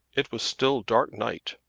it was still dark night,